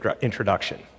introduction